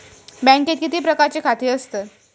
बँकेत किती प्रकारची खाती असतत?